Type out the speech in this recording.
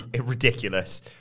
Ridiculous